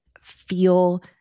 feel